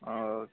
okay